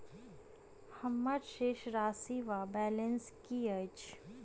हम्मर शेष राशि वा बैलेंस की अछि?